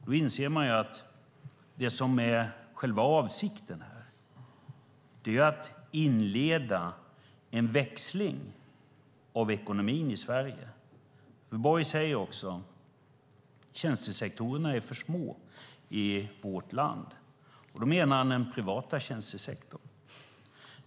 Då inser man att själva avsikten är att inleda en växling av ekonomin i Sverige. Borg säger att tjänstesektorerna är för små i vårt land. Då menar han de privata tjänstesektorerna.